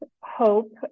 hope